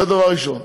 זה דבר ראשון.